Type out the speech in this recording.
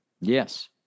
yes